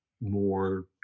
more